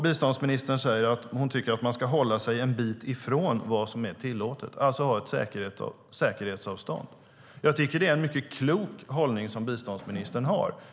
Biståndsministern tycker att man ska hålla sig en bit ifrån vad som är tillåtet, alltså ha ett säkerhetsavstånd. Jag tycker att det är en mycket klok hållning som biståndsministern har.